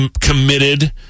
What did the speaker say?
committed